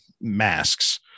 masks